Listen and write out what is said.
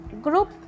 group